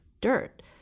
dirt